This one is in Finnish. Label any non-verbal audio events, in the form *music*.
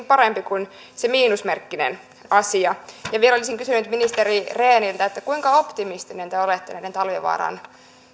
*unintelligible* parempi kuin se miinusmerkkinen asia vielä olisin kysynyt ministeri rehniltä kuinka optimistinen te olette näiden talvivaaran